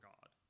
God